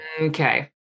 Okay